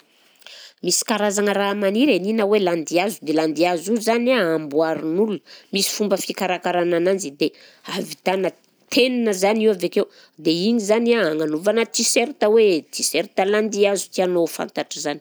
Misy karazagna raha maniry e ny ina hoe landihazo, dia landihazo io zany a amboarin'olona, misy fomba fikarakarana ananjy dia ahavitana tenona zany io avy akeo, dia igny zany a agnanovana tiserta hoe tiserta landihazo tianao ho fantatra zany.